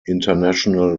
international